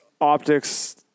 optics